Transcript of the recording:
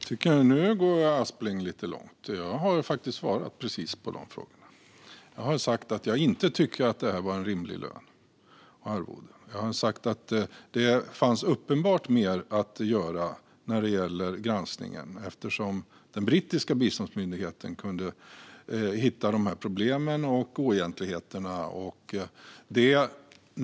Fru talman! Nu går Aspling lite långt. Jag har faktiskt svarat på precis de frågorna. Jag har sagt att jag inte tycker att det var ett rimligt arvode. Jag har sagt att det uppenbart fanns mer att göra beträffande granskningen, eftersom den brittiska biståndsmyndigheten kunde hitta de här problemen och oegentligheterna.